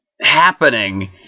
happening